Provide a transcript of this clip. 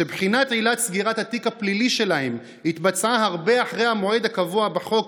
שבחינת עילת סגירת התיק הפלילי שלהם התבצעה הרבה אחרי המועד הקבוע בחוק,